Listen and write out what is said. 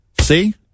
See